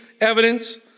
evidence